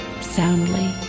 soundly